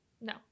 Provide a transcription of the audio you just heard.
no